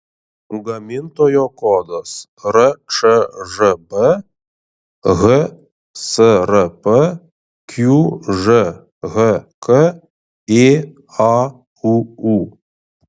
gamintojo kodas rčžb hsrp qžhk ėauu